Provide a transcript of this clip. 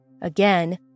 Again